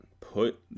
put